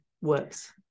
works